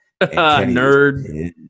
Nerd